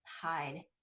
hide